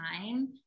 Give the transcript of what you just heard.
time